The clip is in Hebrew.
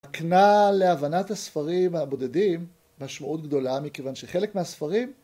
הקנה להבנת הספרים הבודדים משמעות גדולה, מכיוון שחלק מהספרים